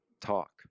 talk